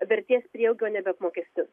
vertės prieaugio nebeapmokestins